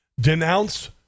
Denounce